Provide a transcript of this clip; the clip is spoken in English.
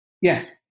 Yes